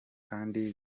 kandi